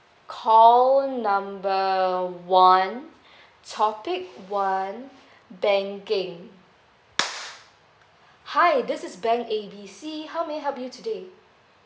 call number one topic one banking hi this is bank A B C how may I help you today